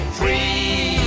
free